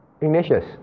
Ignatius